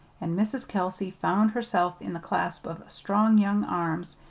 and mrs. kelsey found herself in the clasp of strong young arms,